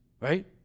right